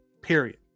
Period